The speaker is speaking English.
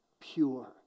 pure